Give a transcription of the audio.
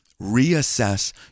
reassess